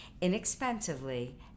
inexpensively